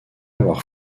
avoir